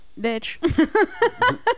bitch